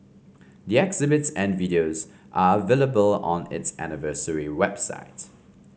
the exhibits and videos are available on its anniversary websites